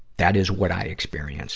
that is what i experienced